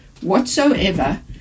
whatsoever